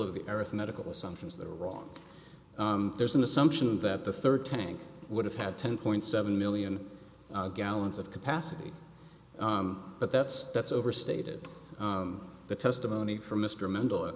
of the earth medical assumptions that are wrong there's an assumption that the third tank would have had ten point seven million gallons of capacity but that's that's overstated but testimony from mr mend